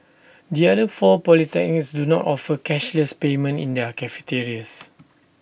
the other four polytechnics do not offer cashless payment in their cafeterias